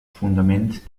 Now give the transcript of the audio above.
fundament